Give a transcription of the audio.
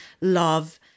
love